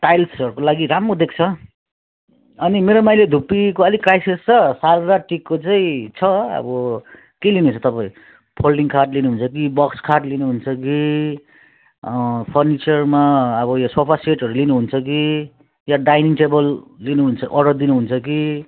टाइल्सहरूको लागि राम्रो देख्छ अनि मेरोमा अहिले धुप्पीको अलिक क्राइसिस छ साल र टिकको चाहिँ छ अब के लिने हो त तपाईँ फोल्डिङ खाट लिनुहुन्छ कि बक्स खाट लिनुहुन्छ कि फर्निचरमा अब ऊ यो सोफासेटहरू लिनुहुन्छ कि या डाइनिङ टेबल लिनुहुन्छ अर्डर दिनुहुन्छ कि